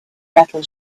metal